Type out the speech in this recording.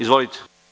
Izvolite.